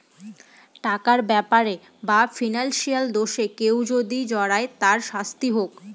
টাকার ব্যাপারে বা ফিনান্সিয়াল দোষে কেউ যদি জড়ায় তার শাস্তি হোক